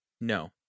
No